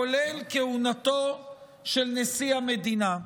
כולל כהונתו של נשיא המדינה,